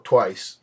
Twice